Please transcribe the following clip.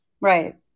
Right